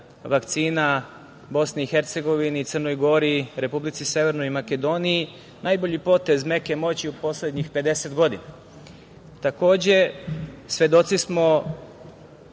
vakcina BiH, Crnoj Gori, Republici Severnoj Makedoniji, najbolji potez meke moći u poslednjih 50 godina. Takođe, svedoci smo